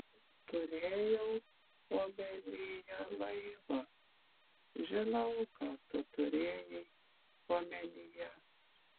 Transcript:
turėjau omenyje laivą žinau ką tu turėjai omenyje